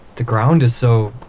the ground is so,